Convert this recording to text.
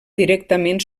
directament